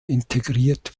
integriert